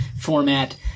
format